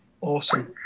Awesome